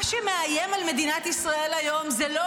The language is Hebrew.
מה שמאיים על מדינת ישראל היום זה לא